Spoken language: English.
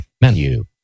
menu